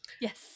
Yes